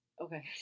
Okay